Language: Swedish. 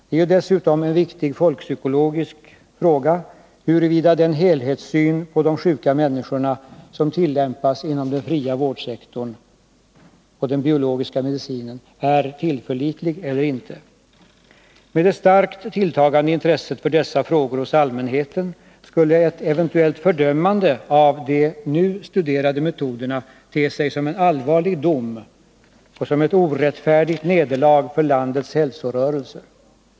Det är dessutom en viktig folkpsykologisk fråga huruvida den helhetssyn på de sjuka människorna som tillämpas inom ”den fria vårdsektorn” och den biologiska medicinen är tillförlitlig eller inte. Med det starkt tilltagande intresset för dessa frågor hos allmänheten skulle ett eventuellt fördömande av de nu studerade metoderna te sig som en allvarlig dom och som ett orättfärdigt nederlag för landets hälsorörelser.